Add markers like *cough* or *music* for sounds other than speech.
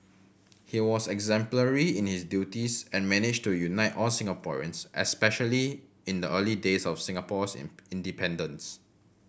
he was exemplary in his duties and managed to unite all Singaporeans especially in the early days of Singapore's *unintelligible* independence